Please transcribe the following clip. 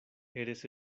eres